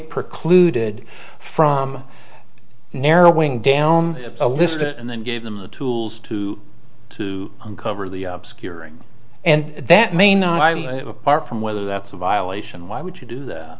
precluded from narrowing down a list and then gave them the tools to to uncover the obscuring and that may not apart from whether that's a violation why would you do that